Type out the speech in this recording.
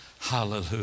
Hallelujah